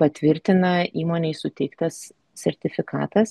patvirtina įmonei suteiktas sertifikatas